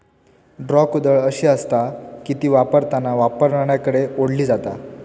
draw कुदळ अशी आसता की ती वापरताना वापरणाऱ्याकडे ओढली जाता